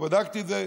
ובדקתי את זה,